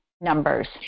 numbers